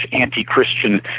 anti-Christian